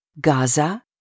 Gaza